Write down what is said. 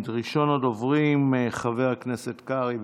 ראשון הדוברים, חבר הכנסת קרעי,